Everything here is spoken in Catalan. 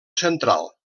central